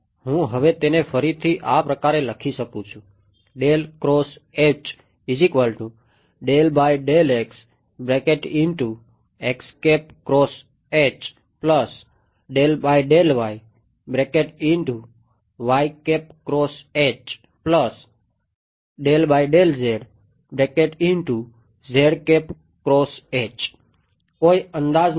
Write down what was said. તેથી હું હવે તેને ફરીથી આ પ્રકારે લખી શકું છું કોઈ અંદાજ નથી